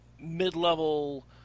mid-level